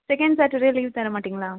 second Saturday leave தர மாட்டிங்களா